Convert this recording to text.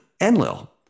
Enlil